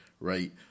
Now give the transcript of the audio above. right